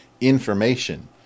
information